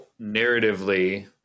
narratively